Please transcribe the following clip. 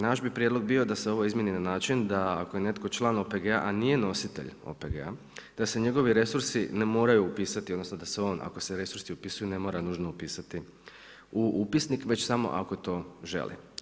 Naš bi prijedlog bio da se ovo izmijeni na način da ako je netko član OPG-a a nije nositelj OPG-a da se njegovi resursi ne moraju upisati odnosno da se on ako se resursi upisuju ne mora nužno upisati u upisnik, već samo ako to želi.